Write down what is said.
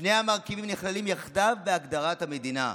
שני המרכיבים נכללים יחדיו בהגדרת המדינה".